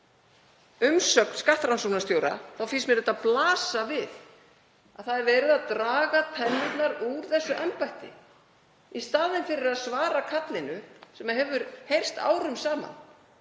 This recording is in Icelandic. umsögn skattrannsóknarstjóra finnst mér blasa við að verið er að draga tennurnar úr þessu embætti í staðinn fyrir að svara kallinu sem hefur heyrst árum saman;